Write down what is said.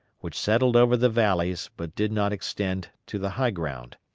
which settled over the valleys, but did not extend to the high ground.